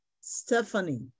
Stephanie